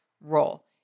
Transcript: role